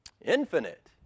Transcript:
Infinite